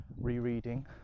rereading